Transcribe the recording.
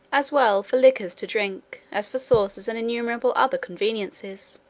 as well for liquors to drink as for sauces and innumerable other conveniences.